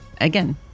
again